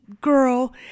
girl